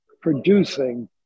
producing